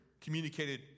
communicated